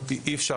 אי אפשר,